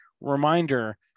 reminder